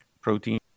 protein